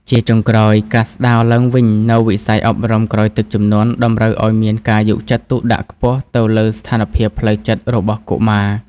ជាចុងក្រោយ ការស្តារឡើងវិញនូវវិស័យអប់រំក្រោយទឹកជំនន់ តម្រូវឱ្យមានការយកចិត្តទុកដាក់ខ្ពស់ទៅលើស្ថានភាពផ្លូវចិត្តរបស់កុមារ។